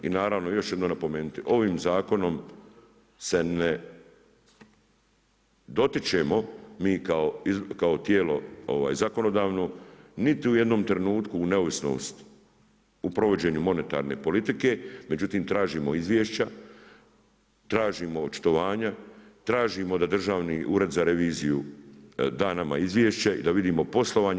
I naravno, još ću jednom napomenuti, ovi zakonom, se ne dotičemo mi kao tijelo, zakonodavno, niti u jednom trenutku, neovisnost u provođenju monetarne politike, međutim, tražimo izvješća, tražimo očitovanja, tražimo da Državni ured za reviziju, da nama izvješće i da vidimo poslovanje.